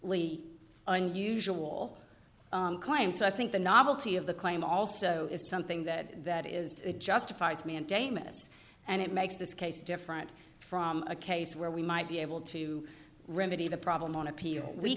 really unusual claim so i think the novelty of the claim also is something that that is it justifies mandamus and it makes this case different from a case where we might be able to remedy the problem on appeal we